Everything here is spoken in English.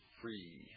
free